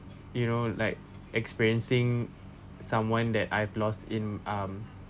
you know like experiencing someone that I've lost in um